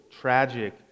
tragic